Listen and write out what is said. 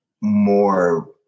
more